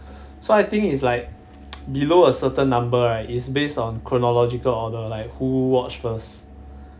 so I think it's like below a certain number right is based on chronological order like who watch first